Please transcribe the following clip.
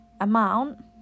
amount